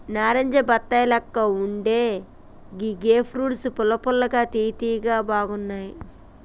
నారింజ బత్తాయి లెక్క వుండే ఈ గ్రేప్ ఫ్రూట్స్ పుల్ల పుల్లగా తియ్య తియ్యగా బాగున్నాయ్